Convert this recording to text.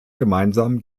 gemeinsam